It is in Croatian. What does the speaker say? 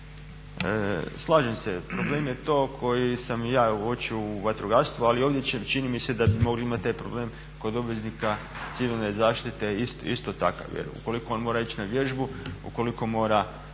Slažem se, problem je to koji sam i ja uočio u vatrogastvu ali ovdje čini mi se da bi mogli imati taj problem kod obveznika civilne zaštite isto takav. Jer ukoliko on mora ići na vježbu, ukoliko mora